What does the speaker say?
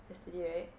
yesterday right